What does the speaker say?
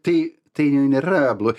tai tai nėra blo